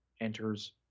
enters